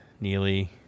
Neely